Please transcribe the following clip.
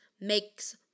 makes